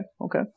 okay